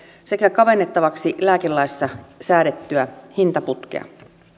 sekä kavennettavaksi lääkelaissa säädettyä hintaputkea